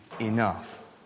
enough